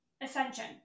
Ascension